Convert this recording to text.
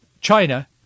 China